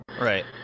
right